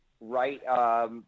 right